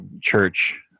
church